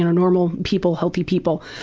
and normal people, healthy people.